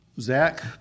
Zach